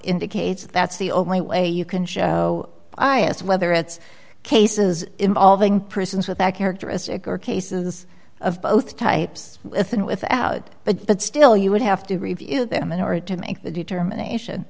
indicates that's the only way you can show i asked whether it's cases involving prisons with that characteristic or cases of both types but but still you would have to review them in order to make the determination